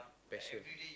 passion